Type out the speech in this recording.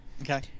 Okay